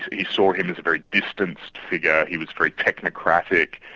he saw him as a very distanced figure, he was very technocratic,